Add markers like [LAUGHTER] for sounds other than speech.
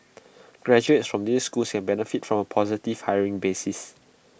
[NOISE] graduates from these schools can benefit from A positive hiring bias